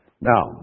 Now